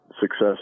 success